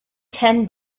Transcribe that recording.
ten